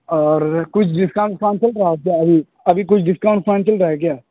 اور کچھ ڈسکاؤنٹ وسکاؤنٹ چل رہا ہے آپ کے یہاں ابھی ابھی کچھ ڈسکاؤنٹ وسکاؤنٹ چل رہا ہے کیا